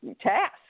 task